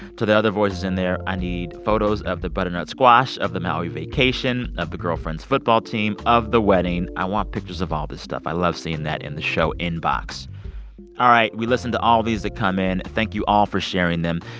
to the other voices in there, i need photos of the butternut squash, of the maui vacation, of the girlfriend's football team, of the wedding. i want pictures of all this stuff. i love seeing that in the show inbox all right. we listen to all these that come in. thank you all for sharing them.